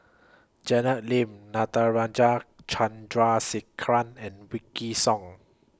Janet Lim Natarajan Chandrasekaran and Wykidd Song